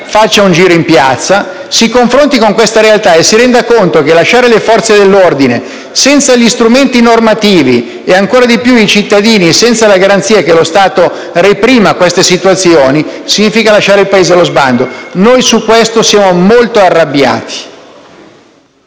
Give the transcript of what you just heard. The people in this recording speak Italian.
faccia un giro in piazza, si confronti con questa realtà e si renda conto che lasciare le Forze dell'ordine senza gli strumenti normativi e, ancora di più, i cittadini senza la garanzia che lo Stato reprima queste situazioni significa lasciare il Paese allo sbando. Noi su questo siamo molto arrabbiati.